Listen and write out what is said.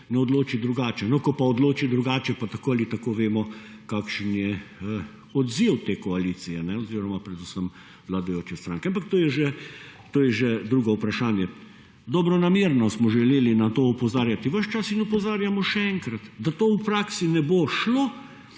ne odloči drugače, no, ko pa odloči drugače pa tako ali tako vemo kakšen je odziv te koalicije oziroma predvsem vladajoče stranke. Ampak to je že drugo vprašanje. Dobronamerno smo želeli na to opozarjati ves čas in opozarjamo še enkrat, da to v praksi ne bo šlo